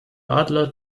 adler